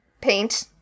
paint